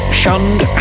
shunned